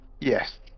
yes